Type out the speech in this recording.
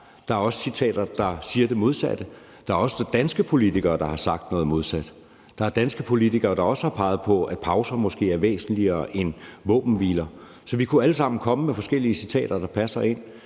Der er også citater, der siger det modsatte. Der er også danske politikere, der har sagt noget modsat. Der er danske politikere, der også har peget på, at pauser måske er væsentligere end våbenhviler. Så vi kunne alle sammen komme med forskellige citater, der passer ind.